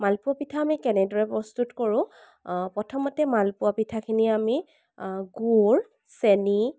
মালপোৱা পিঠা আমি কেনেদৰে প্ৰস্তুত কৰো প্ৰথমতে মালপোৱা পিঠাখিনি আমি গুড় চেনি